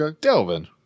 Delvin